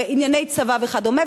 ענייני צבא וכדומה.